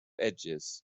edges